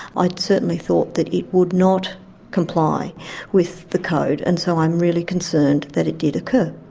i certainly thought that it would not comply with the code, and so i'm really concerned that it did occur.